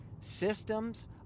systems